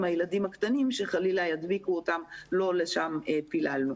הילדים הקטנים שחלילה ידביקו אותם כי לא לשם פיללנו.